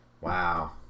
Wow